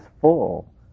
full